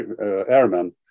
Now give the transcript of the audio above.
airmen